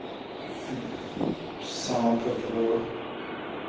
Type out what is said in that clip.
साँप ढोढ़